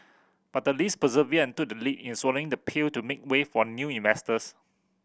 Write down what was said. but the Lees persevered and took the lead in swallowing the pill to make way for new investors